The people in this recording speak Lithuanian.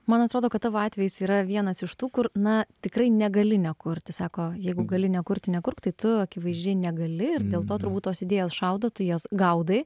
man atrodo kad tavo atvejis yra vienas iš tų kur na tikrai negali nekurti sako jeigu gali nekurti nekurk tai tu akivaizdžiai negali ir dėl to turbūt tos idėjos šaudo tu jas gaudai